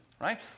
Right